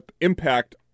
impact